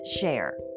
share